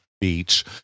beach